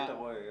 היית רואה.